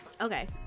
okay